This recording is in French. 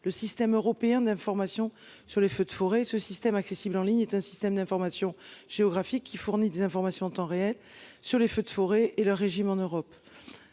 le système européen d'information sur les feux de forêt ce système accessible en ligne est un système d'information géographique qui fournit des informations en temps réel sur les feux de forêt et le régime en Europe.